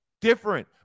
different